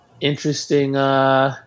interesting –